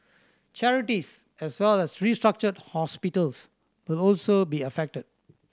charities as well as restructured hospitals will also be affected